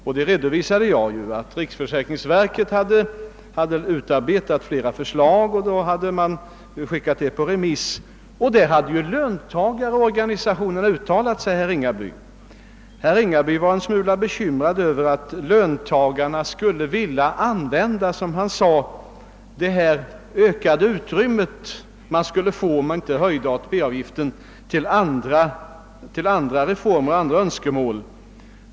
Jag redovisade också att riksförsäkringsverket hade utarbetat flera förslag, som hade skickats ut på remiss, varvid även löntagarorganisationerna yttrat sig. Herr Ringaby var en smula bekymrad för löntagarna och trodde att de skulle kunna vilja använda, som han sade, det ökade utrymme, som skulle uppstå om ATP-avgiften inte höjdes, till att förverkliga andra önskemål.